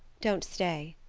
don't stay.